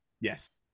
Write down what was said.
Yes